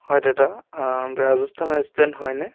হয় দাদা ৰাজস্থান ৰেষ্টুৰেণ্ট হয় নে